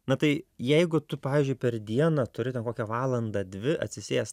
na tai jeigu tu pažiui per dieną turi ten kokią valandą dvi atsisėst